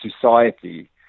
society